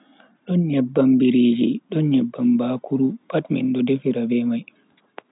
Don nyebban biriji don nyebban bakuru pat mindo defira be mai.